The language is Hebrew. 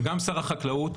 וגם שר החקלאות,